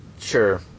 Sure